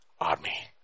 army